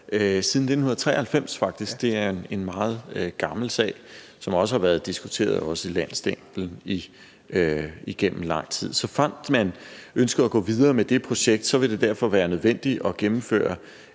siden 1993, faktisk. Det er en meget gammel sag, som også har været diskuteret i landsdelen igennem lang tid. Såfremt man ønsker at gå videre med det projekt, vil det derfor være nødvendigt at gennemføre